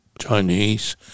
Chinese